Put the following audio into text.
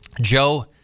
Joe